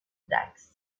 dax